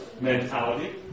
mentality